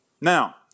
Now